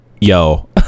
yo